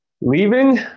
Leaving